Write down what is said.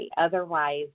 otherwise